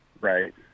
Right